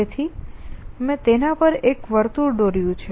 તેથી મેં તેના પર એક વર્તુળ દોર્યું છે